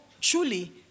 truly